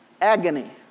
agony